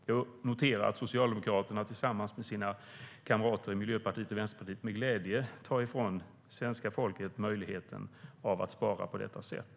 Jag noterar att Socialdemokraterna tillsammans med kamraterna i Miljöpartiet och Vänsterpartiet med glädje tar ifrån svenska folket möjligheten att spara på detta sätt.